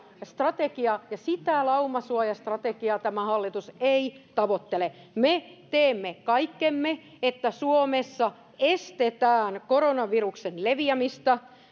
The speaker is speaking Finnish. ja sitä laumasuojastrategiaa tämä hallitus ei tavoittele me teemme kaikkemme että suomessa estetään koronaviruksen leviämistä